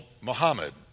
Muhammad